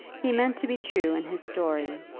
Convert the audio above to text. he meant to be true in his story,